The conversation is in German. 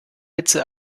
hitze